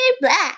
black